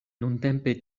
nuntempe